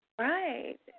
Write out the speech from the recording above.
Right